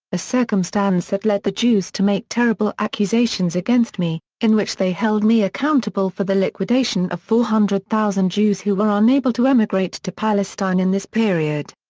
a circumstance that led the jews to make terrible accusations against me, in which they held me accountable for the liquidation of four hundred thousand jews who were unable to emigrate to palestine in this period.